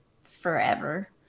forever